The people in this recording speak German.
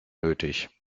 nötig